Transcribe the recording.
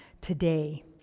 today